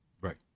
Right